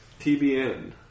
TBN